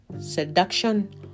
seduction